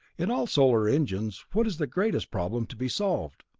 in all solar engines what is the greatest problem to be solved?